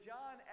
John